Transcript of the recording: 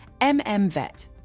MMVET